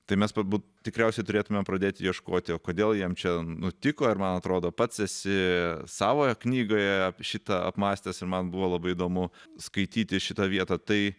tai mes turbūt tikriausiai turėtumėm pradėti ieškoti o kodėl jiem čia nutiko ir man atrodo pats esi savoje knygoje apie šitą apmąstęs ir man buvo labai įdomu skaityti šitą vietą tai